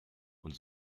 und